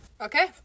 Okay